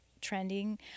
trending